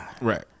right